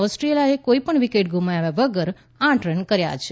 ઓસ્રેનાલિયાએ કોઇપણ વિકેટ ગુમાવ્યા વગર આઠ રન કર્યા છે